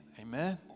amen